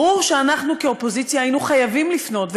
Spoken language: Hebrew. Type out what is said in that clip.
ברור שאנחנו כאופוזיציה היינו חייבים לפנות,